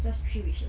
just three wishes